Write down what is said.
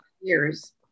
years